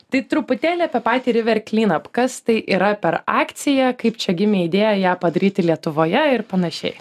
tai truputėlį apie patį river cleanup kas tai yra per akciją kaip čia gimė idėja ją padaryti lietuvoje ir panašiai